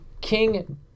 King